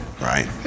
right